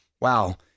Wow